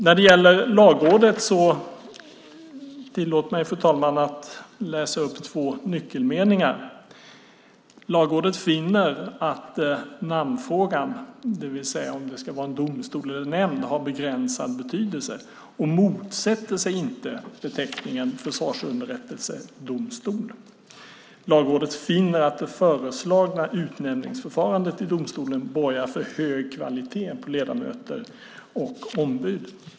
Tillåt mig, fru talman, när det gäller Lagrådet att läsa upp två nyckelmeningar. Lagrådet finner att namnfrågan, det vill säga om det ska vara en domstol eller en nämnd, har begränsad betydelse och motsätter sig inte beteckningen försvarsunderrättelsedomstol. Lagrådet finner att det föreslagna utnämningsförfarandet i domstolen borgar för hög kvalitet på ledamöter och ombud.